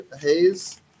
haze